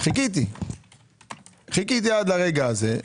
חיכיתי עד הרגע הזה.